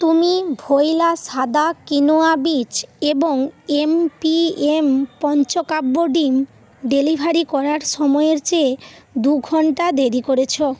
তুমি ভোয়লা সাদা কিনোয়া বীজ এবং এমপিএম পঞ্চকাব্য ডিম ডেলিভারি করার সময়ের চেয়ে দু ঘন্টা দেরি করেছ